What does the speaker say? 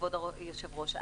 כבוד היושב-ראש.